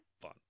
fun